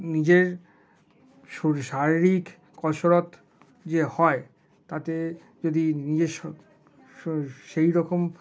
নিজের শারীরিক কসরত যে হয় তাতে যদি নিজস্ব সেই রকম